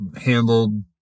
handled